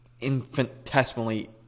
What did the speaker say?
infinitesimally